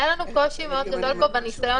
היה לנו קושי מאוד גדול פה בניסיון